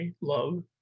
love